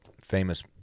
famous